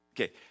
Okay